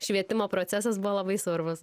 švietimo procesas buvo labai svarbus